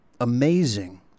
amazing